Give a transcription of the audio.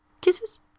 kisses